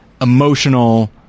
emotional